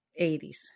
80s